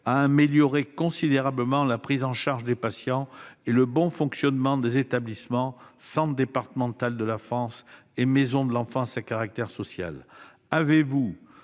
à améliorer considérablement la prise en charge des patients et le bon fonctionnement des établissements, centres départementaux de l'enfance ou maisons de l'enfance à caractère social. Avez-vous,